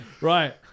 Right